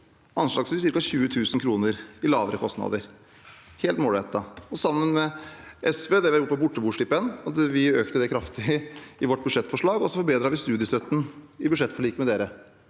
anslagsvis ca. 20 000 kr i lavere kostnader, helt målrettet. Sammen med SV har vi også økt borteboerstipendet. Vi økte det kraftig i vårt budsjettforslag, og så forbedret vi studiestøtten i budsjettforliket med SV.